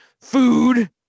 food